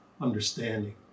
understanding